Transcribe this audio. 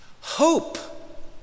Hope